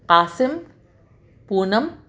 Qasim Poonam